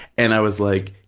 and i was like,